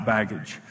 Baggage